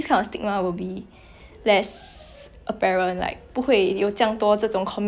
!wah! 你现在这样肥 liao 你看起来像猪 eh you know I hear my relative said that before then